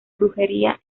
brujería